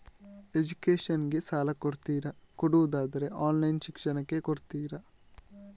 Education ಗೆ ಸಾಲ ಕೊಡ್ತೀರಾ, ಕೊಡುವುದಾದರೆ ಆನ್ಲೈನ್ ಶಿಕ್ಷಣಕ್ಕೆ ಕೊಡ್ತೀರಾ?